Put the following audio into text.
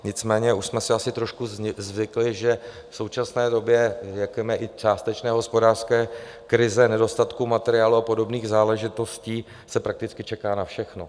Nicméně už jsme si trošku zvykli, že v současné době, řekněme, i částečné hospodářské krize, nedostatku materiálů a podobných záležitostí se prakticky čeká na všechno.